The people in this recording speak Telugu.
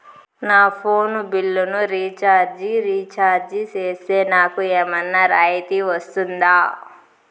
నా ఫోను బిల్లును రీచార్జి రీఛార్జి సేస్తే, నాకు ఏమన్నా రాయితీ వస్తుందా?